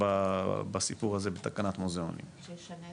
מה תקציב